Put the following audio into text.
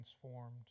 transformed